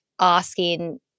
asking